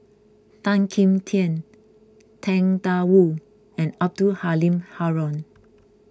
Tan Kim Tian Tang Da Wu and Abdul Halim Haron